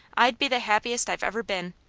i'd be the happiest i've ever been,